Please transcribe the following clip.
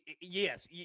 yes